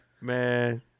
Man